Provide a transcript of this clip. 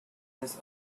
this